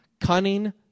cunning